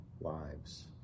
lives